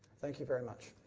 thank you very much.